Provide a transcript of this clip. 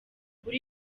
kuri